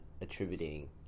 attributing